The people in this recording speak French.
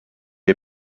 est